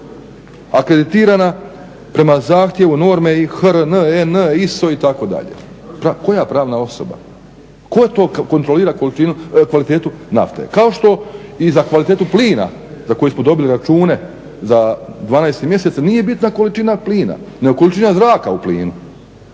akreditirana prema zahtjevu norme i HRN, EN, ISO, itd. Koja pravna osoba? Tko to kontrolira kvalitetu nafte? Kao što i za kvalitetu plina za koji smo dobili račune za 12. mjesec, nije bitna količina plina nego količina zraka u plinu.